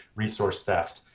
resource theft,